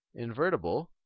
invertible